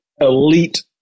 elite